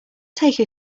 take